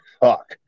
fuck